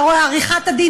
עריכת הדין,